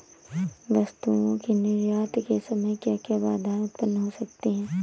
वस्तुओं के निर्यात के समय क्या क्या बाधाएं उत्पन्न हो सकती हैं?